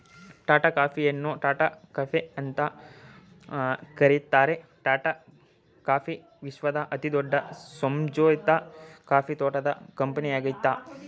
ಟಾಟಾ ಕಾಫಿಯನ್ನು ಟಾಟಾ ಕೆಫೆ ಅಂತ ಕರೀತಾರೆ ಟಾಟಾ ಕಾಫಿ ವಿಶ್ವದ ಅತಿದೊಡ್ಡ ಸಂಯೋಜಿತ ಕಾಫಿ ತೋಟದ ಕಂಪನಿಯಾಗಯ್ತೆ